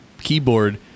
keyboard